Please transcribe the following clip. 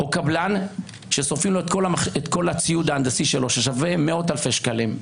או קבלן ששורפים לו את כל הציוד ההנדסי שלו ששווה מאות אלפי שקלים.